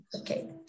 okay